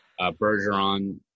Bergeron